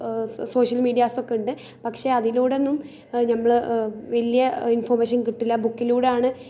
social medias ഒക്കെ ഉണ്ട് പക്ഷെ അതിലൂടെ ഒന്നും നമ്മൾ വലിയ ഇൻഫോർമേഷൻ കിട്ടില്ല ബുക്കിലൂടെ ആണ്